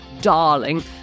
darling